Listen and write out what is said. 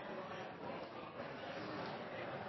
på statens